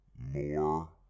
More